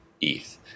ETH